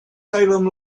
salem